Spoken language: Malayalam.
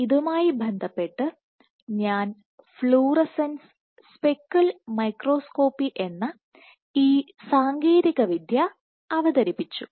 ഇതുമായി ബന്ധപ്പെട്ട് ഞാൻ ഫ്ലൂറസെൻസ് സ്പെക്കിൾ മൈക്രോസ്കോപ്പി എന്ന ഈ സാങ്കേതികവിദ്യ അവതരിപ്പിച്ചു